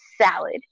salad